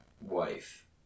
wife